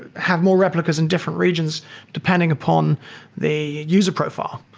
have more replicas in different regions depending upon the user profile.